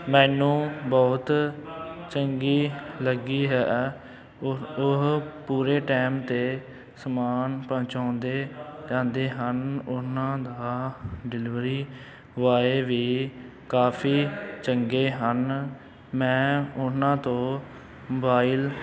ਮੈਨੂੰ ਬਹੁਤ ਚੰਗੀ ਲੱਗੀ ਹੈ ਉਹ ਪੂਰੇ ਟਾਈਮ 'ਤੇ ਸਮਾਨ ਪਹੁੰਚਾਉਂਦੇ ਰਹਿੰਦੇ ਹਨ ਉਹਨਾਂ ਦਾ ਡਿਲੀਵਰੀ ਬੋਆਏ ਵੀ ਕਾਫ਼ੀ ਚੰਗੇ ਹਨ ਮੈਂ ਉਹਨਾਂ ਤੋਂ ਮੋਬਾਇਲ